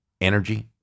energy